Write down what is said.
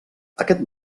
aquest